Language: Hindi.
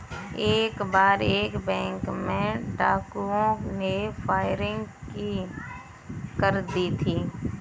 एक बार एक बैंक में डाकुओं ने फायरिंग भी कर दी थी